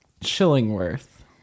Chillingworth